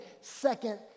second